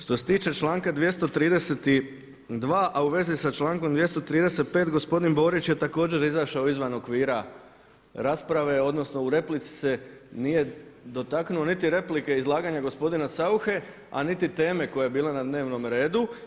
Što se tiče članka 232. a u vezi sa člankom 235. gospodin Borić je također izašao izvan okvira rasprave odnosno u replici se nije dotaknuo niti replike izlaganja gospodina Sauche, a niti teme koja je bila na dnevnome redu.